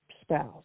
spouse